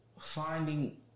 finding